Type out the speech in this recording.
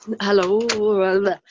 Hello